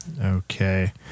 Okay